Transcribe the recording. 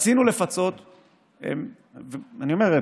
רצינו לפצות − אני אומר,